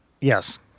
Yes